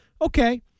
Okay